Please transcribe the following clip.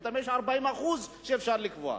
ביניהם יש 40% שאפשר לקבוע.